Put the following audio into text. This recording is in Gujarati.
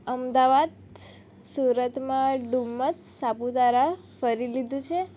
અમદાવાદ સુરતમાં ડુમસ સાપુતારા ફરી લીધું છે